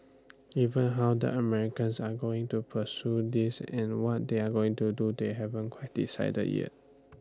even how the Americans are going to pursue this and what they're going to do they haven't quite decided yet